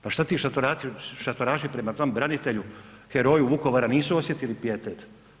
Pa što ti šatoraši prema tom branitelju, heroju Vukovara nisu osjetili pijetet?